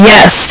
Yes